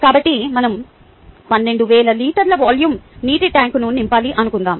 కాబట్టి మనం 12000 లీటర్ల వాల్యూమ్ నీటి ట్యాంకును నింపాలి అనుకుందాం